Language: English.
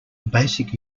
basic